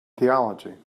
theology